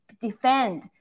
defend